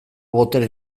botere